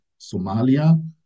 Somalia